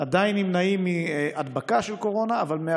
נמנעים מהדבקה של קורונה אבל עדיין